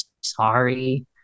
sorry